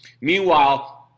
Meanwhile